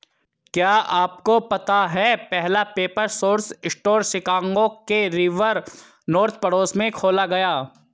क्या आपको पता है पहला पेपर सोर्स स्टोर शिकागो के रिवर नॉर्थ पड़ोस में खोला गया?